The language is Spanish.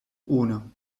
uno